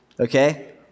Okay